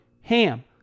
HAM